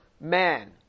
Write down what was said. man